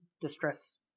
distress